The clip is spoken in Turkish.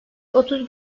otuz